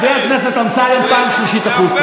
חבר הכנסת אמסלם, פעם שלישית, החוצה.